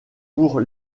pour